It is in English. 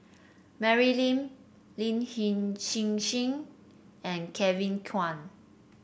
Mary Lim Lin Hsin Hsin and Kevin Kwan